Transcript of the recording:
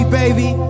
baby